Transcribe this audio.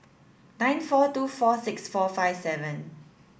nine four two four six four five seven